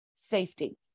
safety